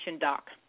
Doc